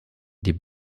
die